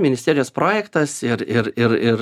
ministerijos projektas ir ir ir ir